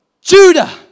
Judah